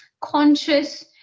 conscious